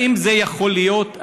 האם זה יכול להיות?